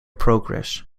progress